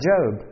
Job